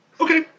Okay